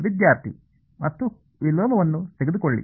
ವಿದ್ಯಾರ್ಥಿ ಮತ್ತು ವಿಲೋಮವನ್ನು ತೆಗೆದುಕೊಳ್ಳಿ